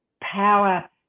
power